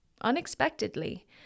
unexpectedly